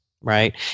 right